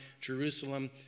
Jerusalem